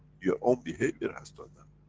your own behavior has done that